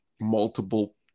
Multiple